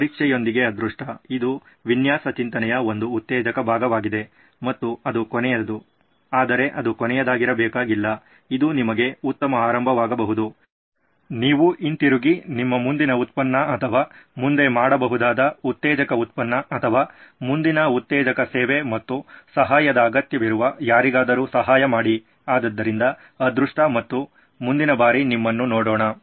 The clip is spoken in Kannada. ಪರೀಕ್ಷೆಯೊಂದಿಗೆ ಅದೃಷ್ಟ ಇದು ವಿನ್ಯಾಸ ಚಿಂತನೆಯ ಒಂದು ಉತ್ತೇಜಕ ಭಾಗವಾಗಿದೆ ಮತ್ತು ಅದು ಕೊನೆಯದು ಆದರೆ ಅದು ಕೊನೆಯದಾಗಿರಬೇಕಾಗಿಲ್ಲ ಇದು ನಿಮಗೆ ಉತ್ತಮ ಆರಂಭವಾಗಬಹುದು ನೀವು ಹಿಂತಿರುಗಿ ನಿಮ್ಮ ಮುಂದಿನ ಉತ್ಪನ್ನ ಅಥವಾ ಮುಂದೆ ಮಾಡಬಹುದುದಾದ ಉತ್ತೇಜಕ ಉತ್ಪನ್ನ ಅಥವಾ ಮುಂದಿನ ಉತ್ತೇಜಕ ಸೇವೆ ಮತ್ತು ಸಹಾಯದ ಅಗತ್ಯವಿರುವ ಯಾರಿಗಾದರೂ ಸಹಾಯ ಮಾಡಿ ಆದ್ದರಿಂದ ಅದೃಷ್ಟ ಮತ್ತು ಮುಂದಿನ ಬಾರಿ ನಿಮ್ಮನ್ನು ನೋಡೋಣ